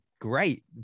great